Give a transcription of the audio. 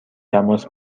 تماس